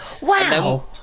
Wow